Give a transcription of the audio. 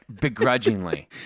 begrudgingly